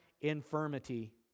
infirmity